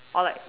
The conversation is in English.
or like